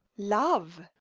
love.